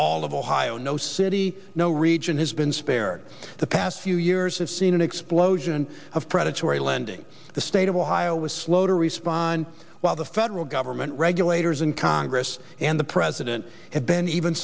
all of ohio no city no region has been spared the past few years have seen an explosion of predatory lending the state of ohio was slow to respond while the federal government regulators in congress and the president have been even